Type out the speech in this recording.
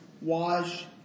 wash